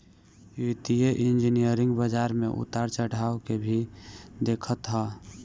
वित्तीय इंजनियरिंग बाजार में उतार चढ़ाव के भी देखत हअ